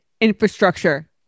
infrastructure